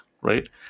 right